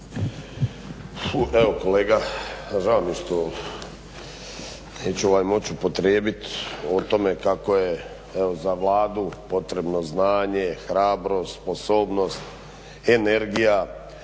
Evo kolega žao mi je što neću moći upotrijebit o tome kako je evo za Vladu potrebno znanje, hrabrost, sposobnost, energija,